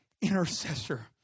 intercessor